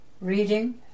reading